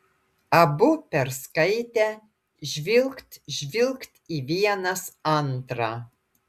abu perskaitę žvilgt žvilgt į vienas antrą